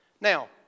Now